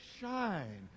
shine